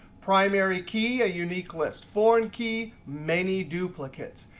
primary key, a unique list. foreign key, many duplicates.